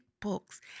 books